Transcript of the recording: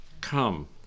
come